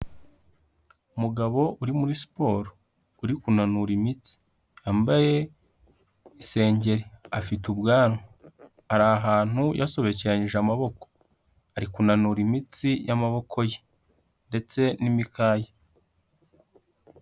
Umugabo uri muri siporo uri kunanura imitsi, wambaye isengeri, afite ubwanwa, ari ahantu yasobekeranyije amaboko, ari kunanura imitsi y'amaboko ye ndetse n'imikaya.